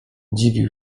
dziwił